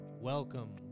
Welcome